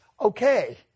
okay